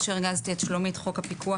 אני מדגישה, חוק הפיקוח